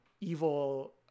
evil